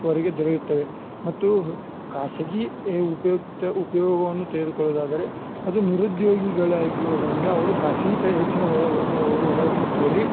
ಹೊರಗೆ ದೊರೆಯುತ್ತವೆ ಮತ್ತು ಖಾಸಗಿ ಉಪಯುಕ್ತ ಉಪಯೋಗವನ್ನು ತೆಗೆದುಕೊಳ್ಳುವುದಾದರೆ ಅದು ನಿರುದ್ಯೋಗಿಗಳಾಗಿರುವುದರಿಂದ ಅವರು ಖಾಸ್ಗಿ ಕಡೆ ಹೆಚ್ಚಿನ ಒಲವು ಒಲವು ಒಲವನ್ನು ತೋರಿ